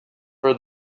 for